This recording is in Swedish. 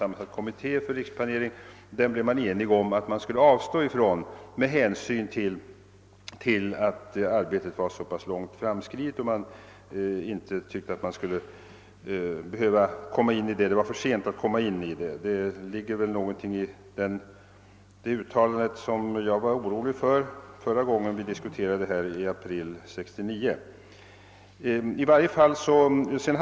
Beträffande den första frågan blev man enig om att avstå från tillsättandet av en kommitté med hänsyn till att arbetet var så pass långt framskridet att det ansågs vara för sent att komma in i det. Och det ligger väl någonting i det uttalandet som jag var orolig för redan när vi diskuterade frågan i april 1969.